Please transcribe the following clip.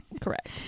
correct